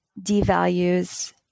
devalues